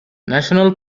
national